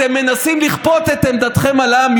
אתם מנסים לכפות את עמדתכם על העם.